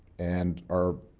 and are